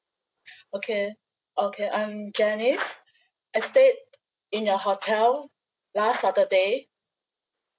okay okay I'm janice I stayed in your hotel last saturday